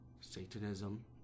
Satanism